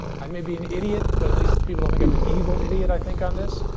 i may be an idiot, but at least people don't think i'm an evil idiot, i think, on this.